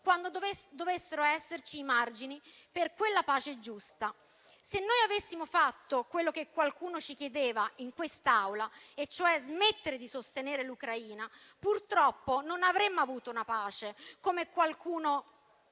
quando dovessero esserci i margini per quella pace giusta. Se avessimo fatto quello che qualcuno ci chiedeva in quest'Aula, e cioè smettere di sostenere l'Ucraina, purtroppo non avremmo avuto una pace, come qualcuno